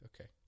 Okay